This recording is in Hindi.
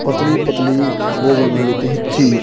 पतली पतली वह बना लेते हैं चीर